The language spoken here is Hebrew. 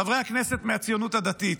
חברי הכנסת מהציונות הדתית,